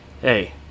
Hey